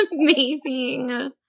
amazing